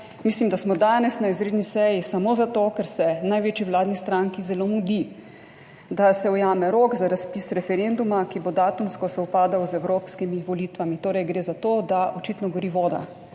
Mislim, da smo danes na izredni seji samo zato, ker se največji vladni stranki zelo mudi, da se ujame rok za razpis referenduma, ki bo datumsko sovpadal z evropskimi volitvami. Torej gre za to, da očitno gori voda.